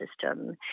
system